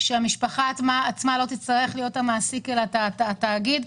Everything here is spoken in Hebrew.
שהמשפחה עצמה לא תצטרך להיות המעסיק אלא התאגיד.